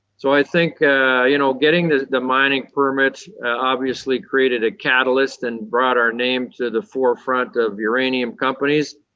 so i think you know getting the the mining permit obviously created a catalyst and brought our name to the forefront of uranium companies.